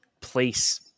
place